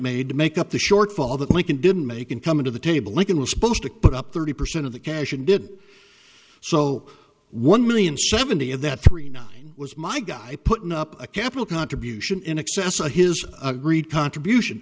made to make up the shortfall that lincoln didn't make in coming to the table lincoln was supposed to put up thirty percent of the cash and did so one million seventy of that three now it was my guy putting up a capital contribution in excess of his agreed contribution